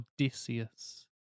Odysseus